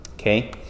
Okay